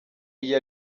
iyo